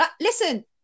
Listen